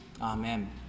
Amen